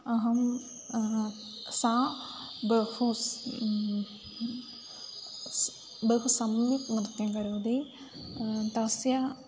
अहं सा बहु बहु सम्यक् नृत्यं करोति तस्य